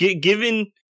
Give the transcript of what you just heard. Given